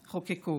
חוקקו.